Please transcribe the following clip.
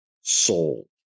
soul